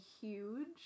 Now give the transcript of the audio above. huge